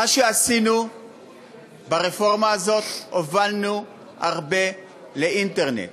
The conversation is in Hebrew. מה שעשינו ברפורמה הזאת, הובלנו הרבה לאינטרנט.